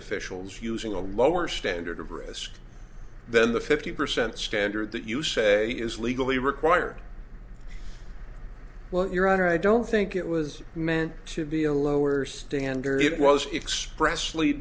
officials using a lower standard of risk than the fifty percent standard that you say is legally required well your honor i don't think it was meant to be a lower standard it was express lee